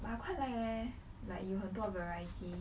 quite like leh like 有很多 variety